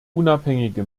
unabhängige